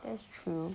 that's true